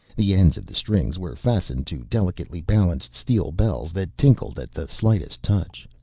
the ends of the strings were fastened to delicately balanced steel bells that tinkled at the slightest touch.